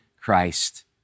Christ